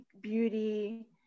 beauty